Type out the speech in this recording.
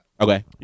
Okay